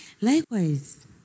Likewise